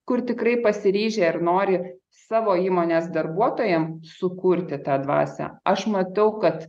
kur tikrai pasiryžę ir nori savo įmonės darbuotojam sukurti tą dvasią aš matau kad